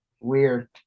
weird